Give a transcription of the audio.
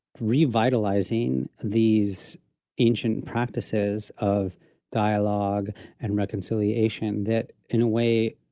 revitalizing these ancient practices of dialogue and reconciliation that, in a way,